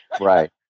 right